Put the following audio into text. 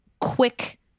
quick